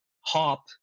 hop